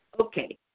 Okay